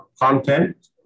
content